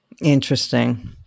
Interesting